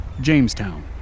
jamestown